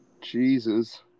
Jesus